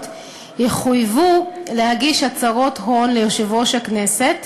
יחויבו להגיש הצהרות הון ליושב-ראש הכנסת